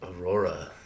Aurora